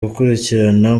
gukurikirana